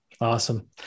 Awesome